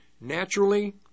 Naturally